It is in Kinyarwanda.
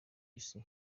isi